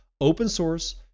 open-source